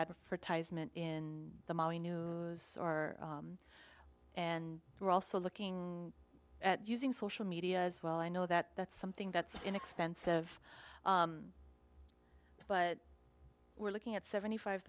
advertisement in the new or and we're also looking at using social media as well i know that that's something that's inexpensive but we're looking at seventy five